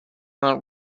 not